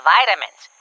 Vitamins